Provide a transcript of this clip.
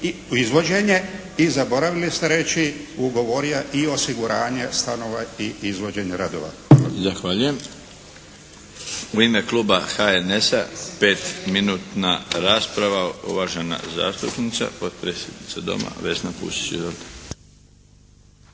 izvođenje i zaboravili ste reći ugovorio i osiguranja stanova i izvođenje stanova.